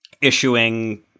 issuing